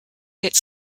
its